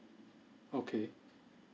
okay